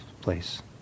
place